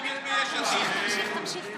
אי-אפשר להתחרות בדמוקרטיה של יש עתיד.